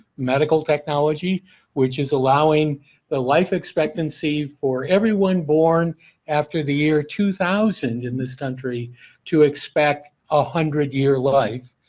medical technology which is allowing the life expectancy for everyone born after the year two thousand in this country to expect a hundred year life.